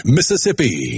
Mississippi